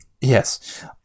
Yes